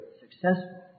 successful